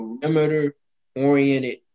perimeter-oriented